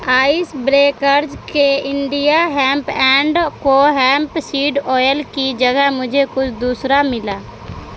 ice Breakers کے India Hemp and کو hemp seed oil کی جگہ مجھے کچھ دوسرا ملا